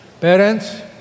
Parents